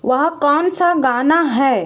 वह कौन सा गाना है